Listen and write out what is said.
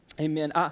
amen